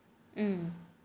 hmm